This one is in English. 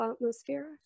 atmosphere